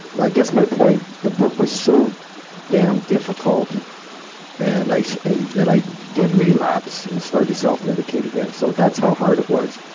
i guess my point the book was so damn difficult and i so that i did relapse and start to self-medicate again, so that's how hard it was.